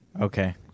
Okay